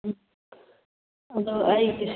ꯎꯝ ꯑꯗꯨ ꯑꯩꯒꯤ